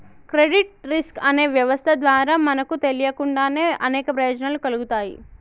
credit risk అనే వ్యవస్థ ద్వారా మనకు తెలియకుండానే అనేక ప్రయోజనాలు కల్గుతాయి